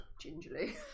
Gingerly